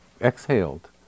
exhaled